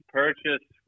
purchase